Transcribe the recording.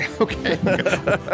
Okay